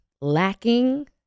lacking